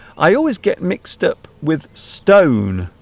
i always get mixed up with stone